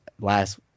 last